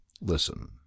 listen